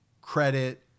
credit